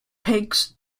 pigs